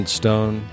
stone